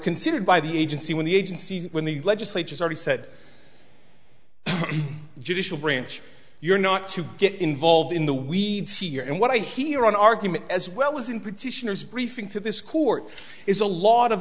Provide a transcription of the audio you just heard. considered by the agency when the agency when the legislature's already said judicial branch you're not to get involved in the weeds here and what i hear an argument as well was in pretty briefing to this court is a lot of